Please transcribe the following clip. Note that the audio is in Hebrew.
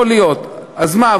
יכול להיות, אז מה?